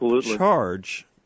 charge